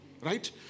Right